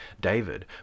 David